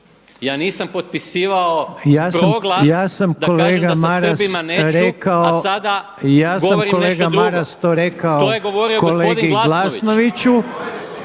Ja nisam potpisivao proglas da kažem da sa Srbima neću a sada govorim nešto drugo. To je govorio gospodin Glasnović.